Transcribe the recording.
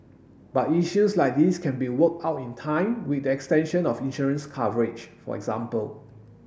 but issues like these can be worked out in time with the extension of insurance coverage for example